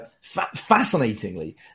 fascinatingly